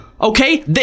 Okay